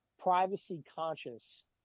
privacy-conscious